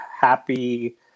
happy